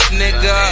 nigga